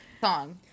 Song